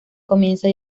comienza